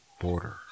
border